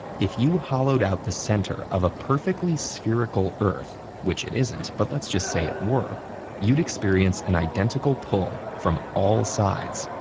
if you hollowed out the center of a perfectly spherical earth which it isn't, but let's just say it were you'd experience an identical pull from all sides.